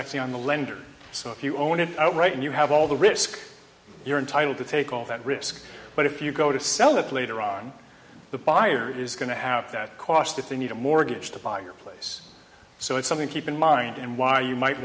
actually on the lender so if you own it outright and you have all the risk you're entitled to take all that risk but if you go to sell it later on the buyer is going to have that cost that they need a mortgage to buy your place so it's something keep in mind and why you might